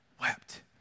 wept